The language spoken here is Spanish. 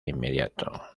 inmediato